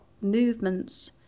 movements